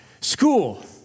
school